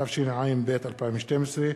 התשע"ב 2012,